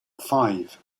five